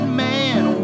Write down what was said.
man